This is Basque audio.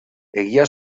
egia